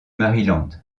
maryland